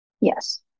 Yes